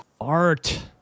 Art